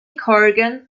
corgan